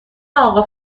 اقا